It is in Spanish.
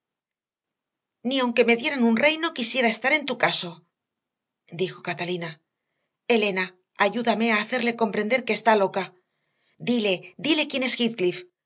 ni aunque me dieran un reino quisiera estar en tu caso dijo catalina elena ayúdame a hacerle comprender que está loca dile dile quién es heathcliff